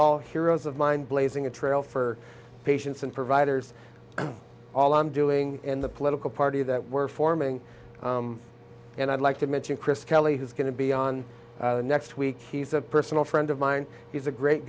all heroes of mine blazing a trail for patients and providers and all i'm doing in the political party that we're forming and i'd like to mention chris kelly who's going to be on next week he's a personal friend of mine he's a great